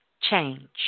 change